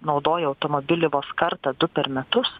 naudoja automobilį vos kartą du per metus